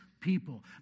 people